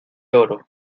oro